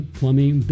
plumbing